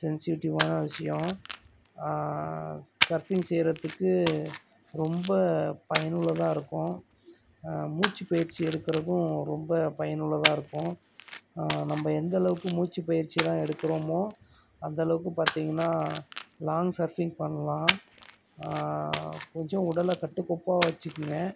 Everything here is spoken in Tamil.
சென்சிட்டியுவான விஷயம் ஸ் சர்ஃபிங் செய்கிறத்துக்கு ரொம்ப பயனுள்ளதாக இருக்கும் மூச்சு பயிற்சி எடுக்கறதும் ரொம்ப பயனுள்ளதாக இருக்கும் நம்ம எந்த அளவுக்கு மூச்சு பயிற்சில்லாம் எடுக்கறோமோ அந்த அளவுக்கு பார்த்தீங்கன்னா லாங் சர்ஃபிங் பண்ணலாம் கொஞ்சம் உடலை கட்டுக்கோப்பாக வச்சிக்கோங்க